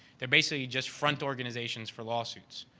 they're basically just front organizations for lawsuits.